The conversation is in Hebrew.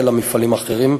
אלא מפעלים אחרים,